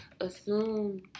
assume